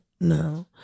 no